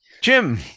Jim